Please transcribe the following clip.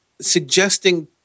suggesting